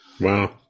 Wow